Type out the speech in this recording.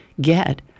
get